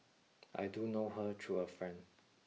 I do know her through a friend